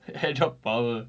hedgehog power